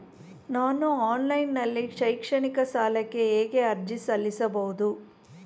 ನಾನು ಆನ್ಲೈನ್ ನಲ್ಲಿ ಶೈಕ್ಷಣಿಕ ಸಾಲಕ್ಕೆ ಹೇಗೆ ಅರ್ಜಿ ಸಲ್ಲಿಸಬಹುದು?